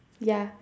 ya